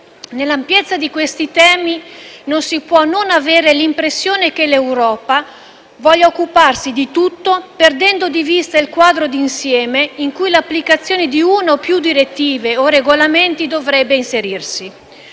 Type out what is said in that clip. Nell'ampiezza di questi temi, non si può non avere l'impressione che l'Europa voglia occuparsi di tutto, perdendo di vista il quadro di insieme in cui l'applicazione di una o più direttive o regolamenti dovrebbe inserirsi.